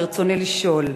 ברצוני לשאול: